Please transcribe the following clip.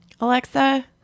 Alexa